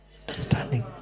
Understanding